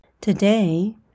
Today